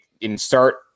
insert